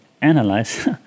analyze